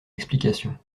explication